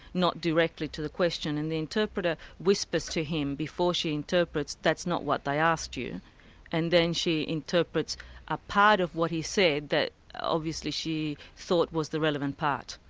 not directly to the question, and the interpreter whispers to him before she interprets, that's not what they asked you and then she interprets a part of what he said that obviously she thought was the relevant part.